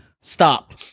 stop